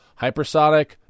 hypersonic